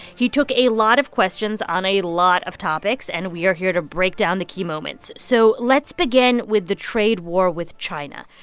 he took a lot of questions on a lot of topics, and we are here to break down the key moments so let's begin with the trade war with china.